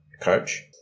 coach